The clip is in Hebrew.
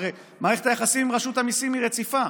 הרי מערכת היחסים עם רשות המיסים היא רציפה.